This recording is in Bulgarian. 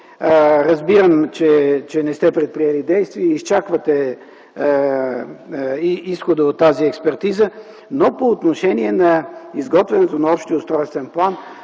разбирам, че не сте предприели действия и изчаквате изходът от тази експертиза. Но по отношение на изготвянето на общия устройствен план